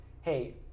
hey